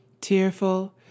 Tearful